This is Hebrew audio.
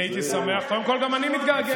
אני הייתי שמח, גם אני מתגעגע אליו.